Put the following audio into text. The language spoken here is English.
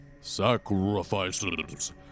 Sacrifices